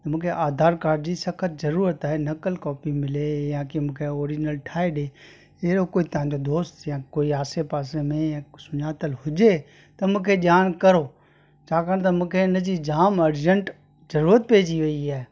मूंखे आधार कार्ड जी सख़्त ज़रूरत आहे नक़ुलु कॉपी मिले या की मूंखे ऑरिजनल ठाहे ॾिए अहिड़ो कोई तव्हांजो दोस्त या कोई आसे पासे में या कोई सुञातल हुजे त मूंखे ॼाण करो छाकाणि त मूंखे इन जी जाम अर्जेंट ज़रूरत पहिजी वई आहे